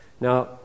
Now